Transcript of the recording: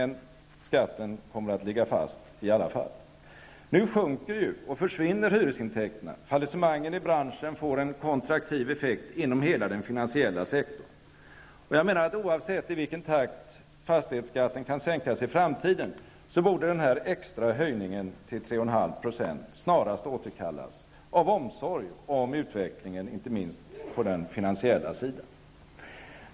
Skatten kommer i alla fall att ligga fast. Nu sjunker eller försvinner hyresintäkterna, och fallissemangen i branschen får en kontraktiv effekt inom hela den finansiella sektorn. Oavsett i vilken takt fastighetsskatten kan sänkas i framtiden borde den här extra höjningen till 3,5 % snarast återkallas av omsorg om utvecklingen, inte minst på den finansiella sidan.